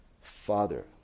Father